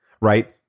right